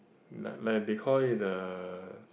like like they call it the